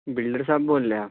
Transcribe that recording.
builder صاحب بول رہے ہیں آپ